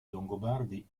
longobardi